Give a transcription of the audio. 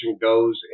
goes